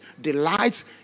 delights